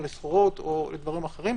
סחורות או דברים אחרים.